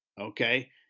okay